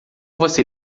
você